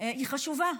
הם חשובים,